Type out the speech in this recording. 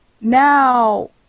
now